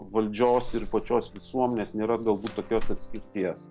valdžios ir pačios visuomenės nėra galbūt tokios atskirties